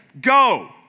Go